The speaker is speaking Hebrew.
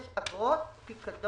אמת.